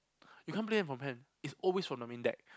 you can't play it from hand it's always from the main deck